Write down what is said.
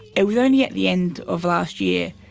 it was only at the end of last year,